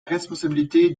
responsabilité